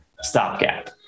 stopgap